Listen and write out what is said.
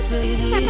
Baby